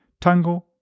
Tango